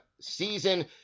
season